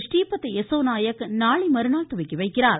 றீபத் யசோ நாயக் நாளை மறுநாள் துவக்கி வைக்கிறார்